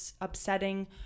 upsetting